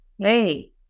Hey